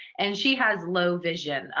and she has low vision,